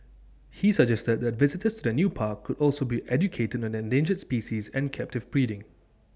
he suggested that visitors to the new park could also be educated on endangered species and captive breeding